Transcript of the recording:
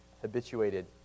habituated